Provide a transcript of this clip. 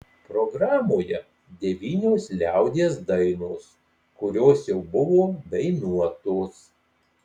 programoje devynios liaudies dainos kurios jau buvo dainuotos